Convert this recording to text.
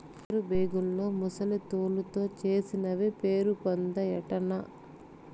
leather బేగుల్లో ముసలి తోలుతో చేసినవే పేరుపొందాయటన్నా